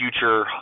future